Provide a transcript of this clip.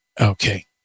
Okay